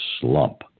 Slump